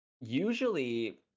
usually